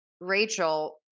Rachel